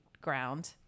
ground